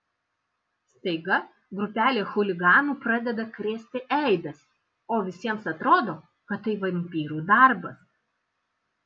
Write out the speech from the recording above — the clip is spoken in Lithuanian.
staiga grupelė chuliganų pradeda krėsti eibes o visiems atrodo kad tai vampyrų darbas